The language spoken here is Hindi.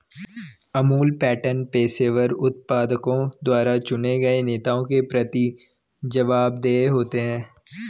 अमूल पैटर्न पेशेवर उत्पादकों द्वारा चुने गए नेताओं के प्रति जवाबदेह होते हैं